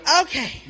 okay